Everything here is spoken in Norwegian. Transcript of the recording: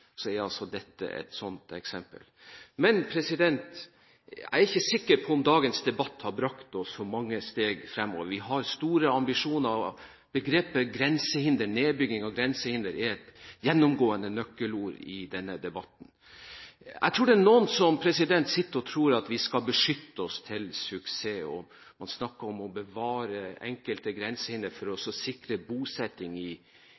er altså dette et sånt eksempel. Men jeg er ikke sikker på om dagens debatt har brakt oss så mange steg fremover. Vi har store ambisjoner, og begrepene «nedbygging» og «grensehinder» er gjennomgående nøkkelord i denne debatten. Jeg tror det er noen som sitter og tror at vi skal beskytte oss til suksess, og man snakker om å bevare enkelte grensehinder for å sikre bosetting i